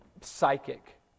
psychic